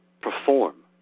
perform